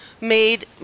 made